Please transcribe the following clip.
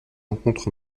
rencontrent